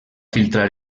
filtrar